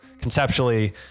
conceptually